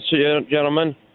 gentlemen